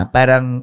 Parang